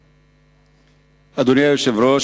בסדר-היום.